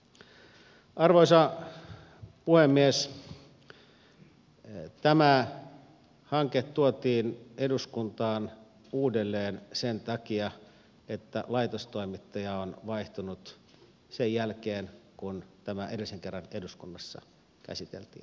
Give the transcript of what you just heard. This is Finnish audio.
tämä hanke tuotiin eduskuntaan uudelleen sen takia että laitostoimittaja on vaihtunut sen jälkeen kun tämä edellisen kerran eduskunnassa käsiteltiin